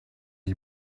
you